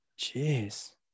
Jeez